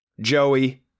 Joey